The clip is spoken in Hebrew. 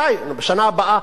מתי, בשנה הבאה?